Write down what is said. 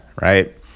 right